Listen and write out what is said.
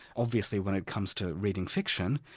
obviously when it comes to reading fiction,